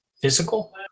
physical